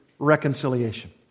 Reconciliation